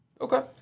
Okay